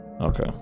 Okay